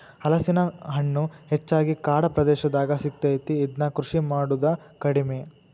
ಹಲಸಿನ ಹಣ್ಣು ಹೆಚ್ಚಾಗಿ ಕಾಡ ಪ್ರದೇಶದಾಗ ಸಿಗತೈತಿ, ಇದ್ನಾ ಕೃಷಿ ಮಾಡುದ ಕಡಿಮಿ